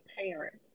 parents